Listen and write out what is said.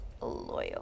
loyal